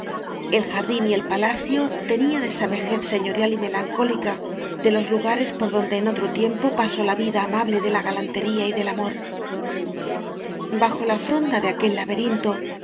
jar dín y el palacio tenían esa vejez señorial y melancólica de los lugares por donde en otro tiempo pasó la vida amable de la ga lantería y del amor bajo la fronda de aquel laberinto